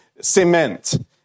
cement